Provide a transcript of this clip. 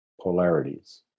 polarities